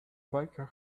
biker